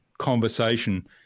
conversation